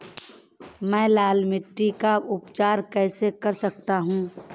मैं लाल मिट्टी का उपचार कैसे कर सकता हूँ?